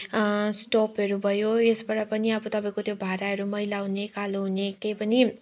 स्टोभहरू भयो यसबाट पनि अब तपाईँको त्यो भाँडाहरू मैला हुने कालो हुने केही पनि